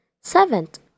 Seventh